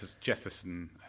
Jefferson